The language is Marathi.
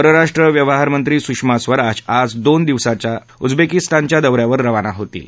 परराष्ट्र व्यवहार मंत्री सुषमा स्वराज आज दोन दिवसाच्या उजबेकीस्तानच्या दौ यासाठी रवाना होतील